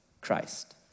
Christ